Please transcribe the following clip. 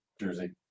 jersey